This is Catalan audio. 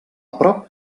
prop